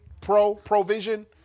Pro-provision